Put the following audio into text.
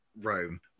Rome